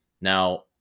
Now